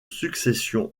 succession